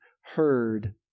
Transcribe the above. heard